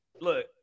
Look